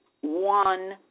one